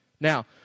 Now